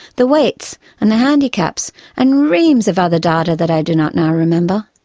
the weights and the handicaps and reams of other data that i do not now remember.